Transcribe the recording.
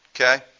Okay